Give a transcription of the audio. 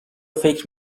فکر